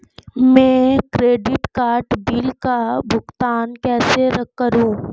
मैं credit card bill का भुगतान कैसे करूं?